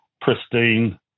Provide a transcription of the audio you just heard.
pristine